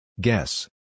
Guess